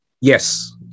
yes